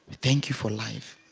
thank you for life